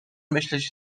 myśleć